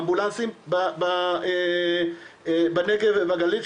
אמבולנסים בנגב ובגליל,